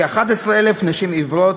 כ-11,000 נשים עיוורות,